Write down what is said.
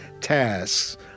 tasks